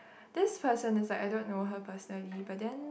this person is like I don't know her personally but then